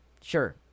Sure